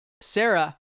Sarah